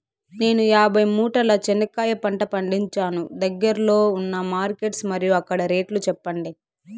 నేను యాభై మూటల చెనక్కాయ పంట పండించాను దగ్గర్లో ఉన్న మార్కెట్స్ మరియు అక్కడ రేట్లు చెప్పండి?